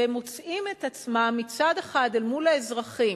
והם מוצאים את עצמם אל מול האזרחים,